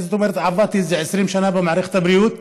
עבדתי איזה 20 שנה במערכת הבריאות.